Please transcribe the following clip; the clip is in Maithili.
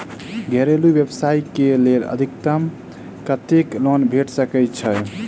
घरेलू व्यवसाय कऽ लेल अधिकतम कत्तेक लोन भेट सकय छई?